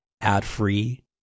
ad-free